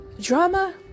drama